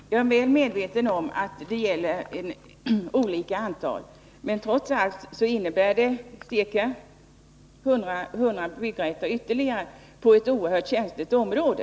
Herr talman! Jag är väl medveten om att diskussionen gäller olika antal hus, men trots allt innebär projektet ytterligare 100 byggrätter inom ett oerhört känsligt område.